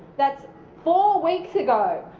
that's four weeks ago,